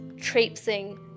traipsing